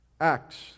Acts